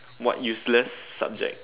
what useless subject